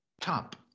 Top